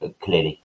clearly